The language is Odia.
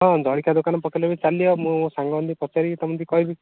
ହଁ ଜଳଖିଆ ଦୋକାନ ପକାଇଲେ ବି ଚାଲିବ ମୁଁ ମୋ ସାଙ୍ଗ ମାନଙ୍କୁ ପଚାରିକି ତମକୁ କହିବି